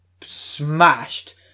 smashed